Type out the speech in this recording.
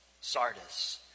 Sardis